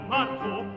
Marco